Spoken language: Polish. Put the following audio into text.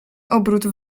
obrót